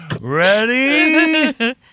Ready